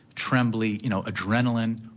trembly, you know adrenalin?